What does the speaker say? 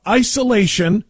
isolation